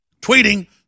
tweeting